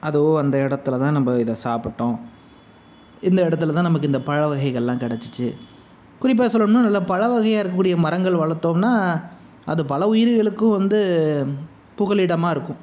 அதோ அந்த இடத்துல தான் நம்ப இதை சாப்பிட்டோம் இந்த இடத்துலதான் நமக்கு இந்த பழவகைகள்லாம் கிடச்சிச்சி குறிப்பாக சொல்லணுன்னா நல்லா பழவகையாக இருக்கக்கூடிய மரங்கள் வளர்த்தோம்னா அது பல உயிர்களுக்கும் வந்து புகழிடமாக இருக்கும்